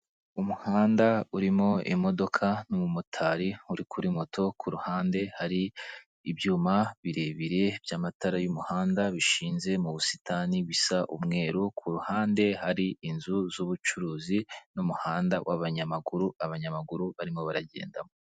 Umuhanda urimo imodoka n'umumotari uri kuri moto, ku ruhande hari ibyuma birebire by'amatara y'umuhanda bishinze mu busitani bisa umweru, ku ruhande hari inzu z'ubucuruzi n'umuhanda w'abanyamaguru, abanyamaguru barimo baragendamo.